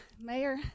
Mayor